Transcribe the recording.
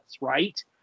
right